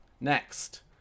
Next